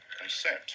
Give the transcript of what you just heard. consent